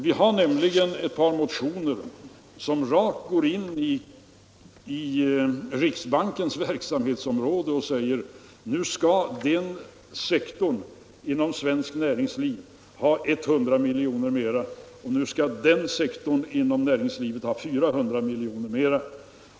Vi har nämligen ett par motioner som går in i riksbankens verksamhetsområde och säger att nu skall den och den sektorn i det svenska näringslivet ha 100 miljoner mera, och nu skall den och den sektorn i näringslivet ha 400 miljoner mera.